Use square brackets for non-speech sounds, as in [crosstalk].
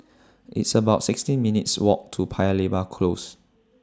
[noise] It's about sixteen minutes' Walk to Paya Lebar Close